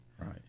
right